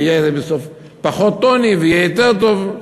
יהיה בסוף פחות עוני ויהיה יותר טוב.